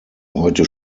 heute